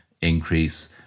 increase